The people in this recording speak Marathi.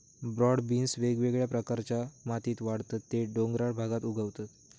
ब्रॉड बीन्स वेगवेगळ्या प्रकारच्या मातीत वाढतत ते डोंगराळ भागात उगवतत